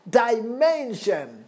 dimension